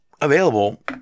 available